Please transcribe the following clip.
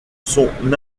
son